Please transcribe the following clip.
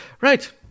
Right